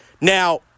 Now